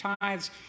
tithes